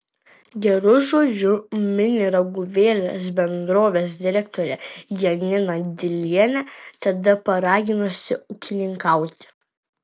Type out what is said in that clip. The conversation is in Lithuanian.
geru žodžiu mini raguvėlės bendrovės direktorę janiną dilienę tada paraginusią ūkininkauti